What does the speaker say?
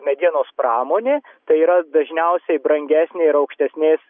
medienos pramonė tai yra dažniausiai brangesnė ir aukštesnės